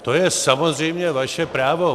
To je samozřejmě vaše právo.